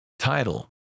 Title